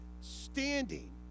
standing